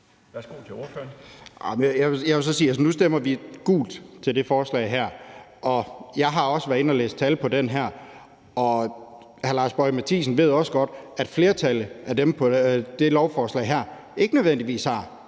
Bøgsted (DD): Jeg vil sige, at nu stemmer vi gult til det forslag her. Og jeg har også været inde og læse tal vedrørende det her, og hr. Lars Boje Mathiesen ved også godt, at flertallet på det her lovforslag ikke nødvendigvis har